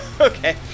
Okay